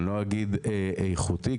אני לא אגיד איכותי,